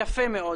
תודה רבה.